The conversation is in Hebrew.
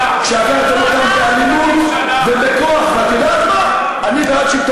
בשביל אותם אתה יודע מי הביא את